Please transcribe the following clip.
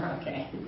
Okay